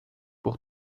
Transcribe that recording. pour